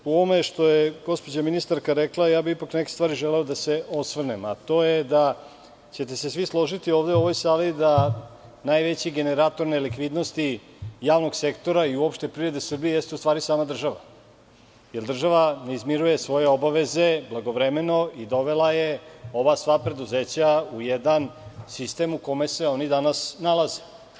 U ovome što je gospođa ministarka rekla, ja bih ipak želeo da se na neke stvari osvrnem, a to je da ćete se svi složiti ovde u ovoj sali da najveći generator nelikvidnosti javnog sektora i uopšte privrede Srbije, jeste ustvari sama država, jer država ne izmiruje svoje obaveze blagovremeno i dovela je ova sva preduzeća u jedan sistem u kome se oni danas nalaze.